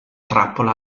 trappola